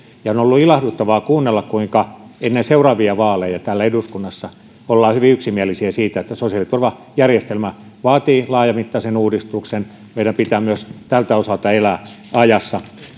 on ollut ilahduttavaa kuunnella kuinka ennen seuraavia vaaleja täällä eduskunnassa ollaan hyvin yksimielisiä siitä että sosiaaliturvajärjestelmä vaatii laajamittaisen uudistuksen meidän pitää myös tältä osalta elää ajassa